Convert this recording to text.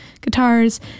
guitars